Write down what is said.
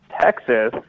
Texas